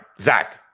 Zach